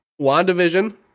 wandavision